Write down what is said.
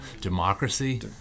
Democracy